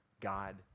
God